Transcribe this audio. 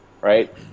right